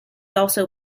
also